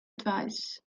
advice